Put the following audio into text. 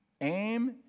aim